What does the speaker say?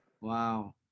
Wow